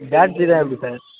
பேட்டரிலாம் எப்படி சார்